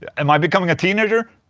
am i becoming a teenager?